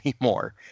anymore